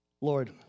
Lord